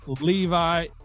Levi